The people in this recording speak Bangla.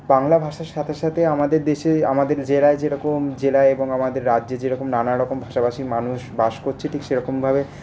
বাংলা ভাষার সাথে সাথে আমাদের দেশে আমাদের জেলায় যেরকম জেলায় এবং আমাদের রাজ্যে যেরকম নানারকম ভাষাভাষির মানুষ বাস করছে ঠিক সেরকমভাবে